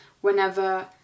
whenever